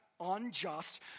unjust